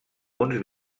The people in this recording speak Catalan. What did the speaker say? uns